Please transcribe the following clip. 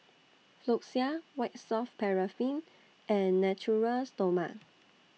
Floxia White Soft Paraffin and Natura Stoma